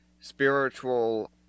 spiritual